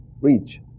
reach